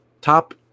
top